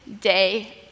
day